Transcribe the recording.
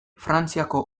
frantziako